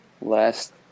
Last